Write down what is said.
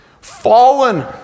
Fallen